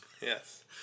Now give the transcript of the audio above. Yes